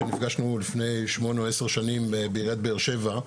שנפגשנו לפני שמונה או עשר שנים בעיריית באר שבע,